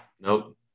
Nope